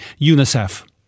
UNICEF